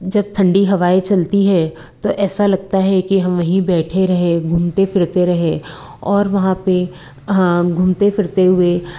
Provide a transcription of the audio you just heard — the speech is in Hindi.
जब ठंडी हवाएँ चलती हैं तो ऐसा लगता है कि हम वहीं बैठे रहे घूमते फिरते रहे और वहाँ पर घूमते फ़िरते हुए